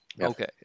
Okay